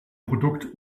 produkt